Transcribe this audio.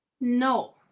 No